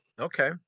Okay